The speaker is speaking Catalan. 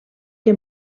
que